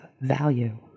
value